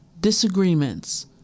disagreements